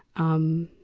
um,